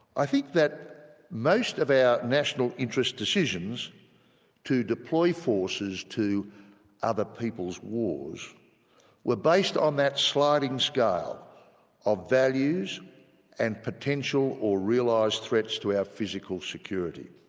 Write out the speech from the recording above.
i think that most of our national interest decisions to deploy forces to other peoples wars' were based on that sliding scale of values and potential or realised threats to our physical security.